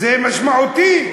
זה משמעותי,